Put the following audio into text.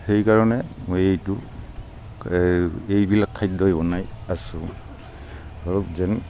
সেইকাৰণে মই এইটো এইবিলাক খাদ্যই বনাই আছোঁ আৰু যেন